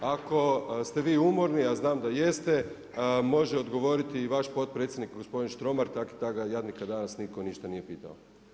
Ako ste vi umorni, a znam da jeste može odgovoriti i vaš potpredsjednik gospodin Štromar tak i tak ga jadnika danas nitko ništa nije pitao.